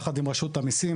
יחד עם רשות המיסים.